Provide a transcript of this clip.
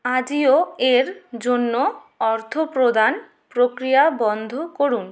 আজিও এর জন্য অর্থপ্রদান প্রক্রিয়া বন্ধ করুন